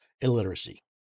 illiteracy